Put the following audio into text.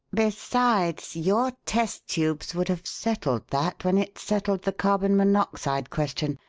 besides, your test tubes would have settled that when it settled the carbon monoxide question.